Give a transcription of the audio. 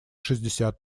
шестьдесят